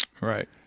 Right